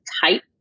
type